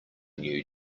new